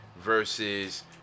versus